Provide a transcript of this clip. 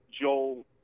Joel